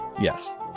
Yes